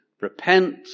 repent